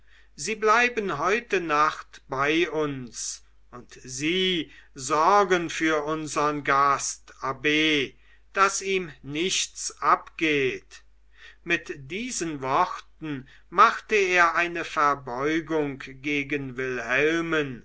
sie bleiben heute nacht bei uns und sie sorgen für unsern gast abb daß ihm nichts abgeht mit diesen worten machte er eine verbeugung gegen wilhelmen